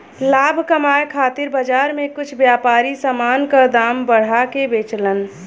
लाभ कमाये खातिर बाजार में कुछ व्यापारी समान क दाम बढ़ा के बेचलन